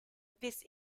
this